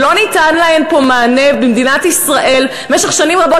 ולא ניתן להן מענה פה במדינת ישראל במשך שנים רבות,